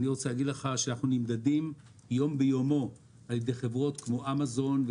אנחנו נמדדים יום ביומו על ידי חברות כמו אמזון,